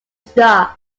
start